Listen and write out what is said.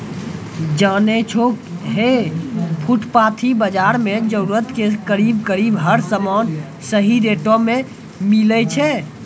जानै छौ है फुटपाती बाजार मॅ जरूरत के करीब करीब हर सामान सही रेटो मॅ मिलै छै